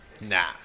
Nah